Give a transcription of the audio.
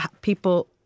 people